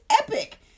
epic